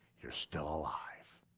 you're still alive,